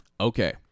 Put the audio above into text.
Okay